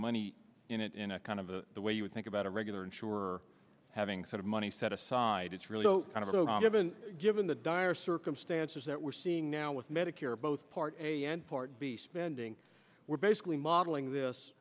money in it in a kind of a the way you would think about a regular insurer having sort of money set aside it's really kind of obama been given the dire circumstances that we're seeing now with medicare both part a and part b spending we're basically modeling this